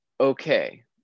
okay